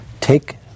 take